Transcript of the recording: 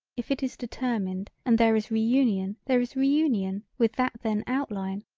if it is determined and there is reunion there is reunion with that then outline,